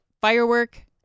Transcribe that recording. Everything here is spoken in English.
Firework